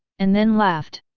and then laughed.